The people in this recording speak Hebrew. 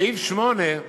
סעיף (8) במטרות,